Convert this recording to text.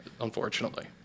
unfortunately